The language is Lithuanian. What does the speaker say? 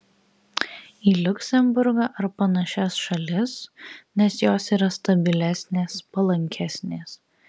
į liuksemburgą ar panašias šalis nes jos yra stabilesnės palankesnės